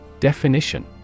Definition